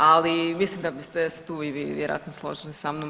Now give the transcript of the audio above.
Ali mislim da biste se i vi vjerojatno složili sa mnom.